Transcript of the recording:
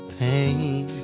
pain